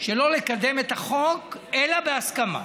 שלא לקדם את החוק אלא בהסכמה.